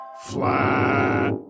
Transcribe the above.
Flat